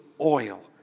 oil